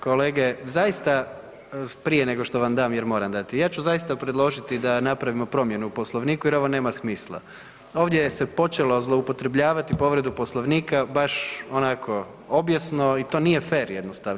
Kolege zaista, prije nego što vam dam jer moram dati, ja ću zaista predložiti da napravimo promjenu u Poslovniku jer ovo nema smisla, ovdje se počelo zloupotrebljavati povredu Poslovnika baš onako obijesno i to nije fer jednostavno.